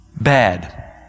bad